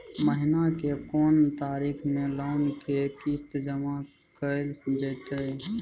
महीना के कोन तारीख मे लोन के किस्त जमा कैल जेतै?